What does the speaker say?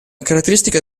caratteristica